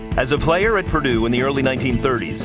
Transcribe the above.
as a player in purdue in the early nineteen thirty s,